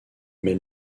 mais